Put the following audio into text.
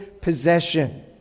possession